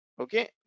Okay